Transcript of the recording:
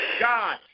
God